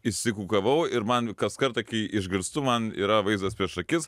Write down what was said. išsikukavau ir man kas kartą kai išgirstu man yra vaizdas prieš akis